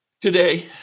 today